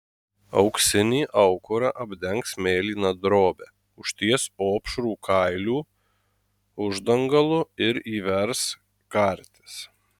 auksinį aukurą apdengs mėlyna drobe užties opšrų kailių uždangalu ir įvers kartis